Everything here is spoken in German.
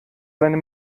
seine